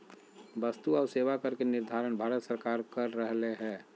वस्तु आऊ सेवा कर के निर्धारण भारत सरकार कर रहले हें